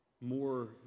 more